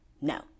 No